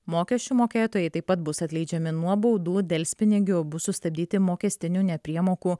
mokesčių mokėtojai taip pat bus atleidžiami nuo baudų delspinigių bus sustabdyti mokestinių nepriemokų